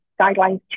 Guidelines